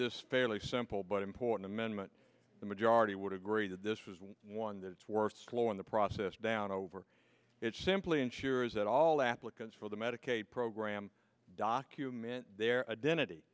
this fairly simple but important amendment the majority would agree that this was one that is worth slow in the process down over it simply ensures that all applicants for the medicaid program document their identity